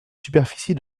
superficie